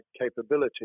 capability